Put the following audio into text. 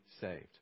saved